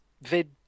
vid